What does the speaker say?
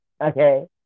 okay